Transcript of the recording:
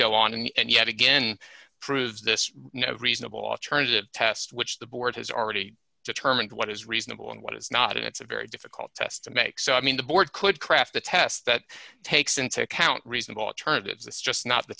to go on and yet again prove this reasonable alternative test which the board has already determined what is reasonable and what is not and it's a very difficult test to make so i mean the board could craft a test that takes into account reasonable alternatives that's just not the